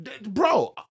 bro